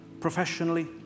professionally